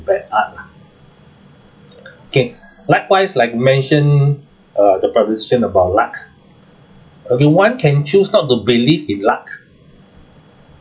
bad art lah okay likewise like you mentioned uh the proposition about luck okay one can choose not to believe in luck